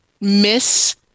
miss